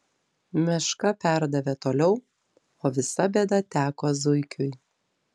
meška perdavė toliau o visa bėda teko zuikiui